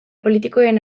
politikoren